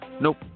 Nope